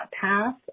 path